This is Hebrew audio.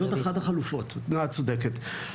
אחת החלופות, את צודקת.